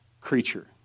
creature